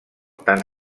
tant